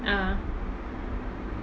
uh